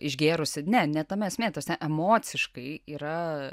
išgėrusį ne ne tame esmė ta prasme emociškai yra